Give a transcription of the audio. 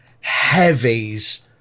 Heavies